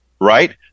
Right